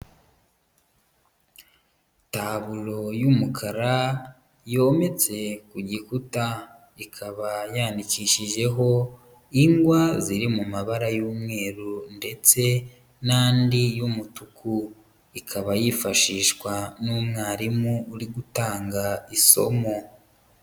Tabulo y'umukara yometse ku gikuta, ikaba yandikishijeho ingwa ziri mu mabara y'umweru ndetse n'andi y'umutuku, ikaba yifashishwa n'umwarimu uri gutanga isomo.